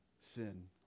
sin